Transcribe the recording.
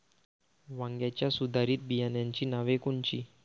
वांग्याच्या सुधारित बियाणांची नावे कोनची?